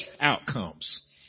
outcomes